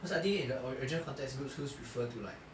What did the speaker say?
cause I think in the original context good schools refer to like